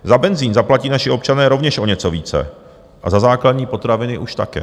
Za benzin zaplatí naši občané rovněž o něco více a za základní potraviny už také.